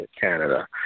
Canada